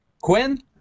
Quinn